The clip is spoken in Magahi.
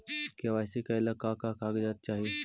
के.वाई.सी करे ला का का कागजात चाही?